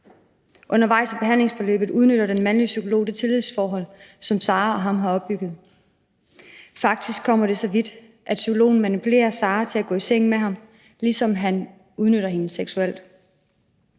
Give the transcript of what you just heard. Undervejs i behandlingsforløbet udnytter den mandlige psykolog det tillidsforhold, som Sara og han har opbygget. Det kommer faktisk så vidt, at psykologen manipulerer Sara til at gå i seng med ham, ligesom han udnytter hende seksuelt.